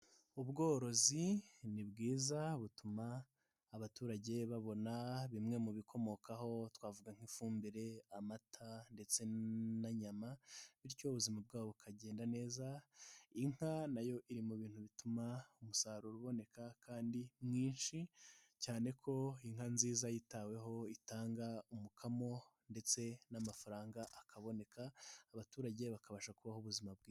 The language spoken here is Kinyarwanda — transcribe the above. Ubworozi ni bwiza butuma abaturage babona bimwe mu bikomokaho twavuga nk'ifumbire, amata, ndetse n'inyama bityo ubuzima bwabo bukagenda neza. Inka nayo iri mu bintu bituma umusaruro uboneka kandi mwinshi, cyane kuko inka nziza yitaweho itanga umukamo ndetse n'amafaranga akaboneka abaturage bakabasha kubaho ubuzima bwiza.